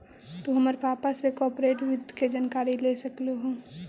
तु हमर पापा से कॉर्पोरेट वित्त के जानकारी ले सकलहुं हे